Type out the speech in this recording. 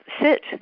sit